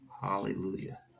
Hallelujah